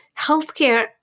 healthcare